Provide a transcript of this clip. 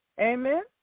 Amen